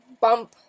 bump